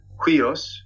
Quios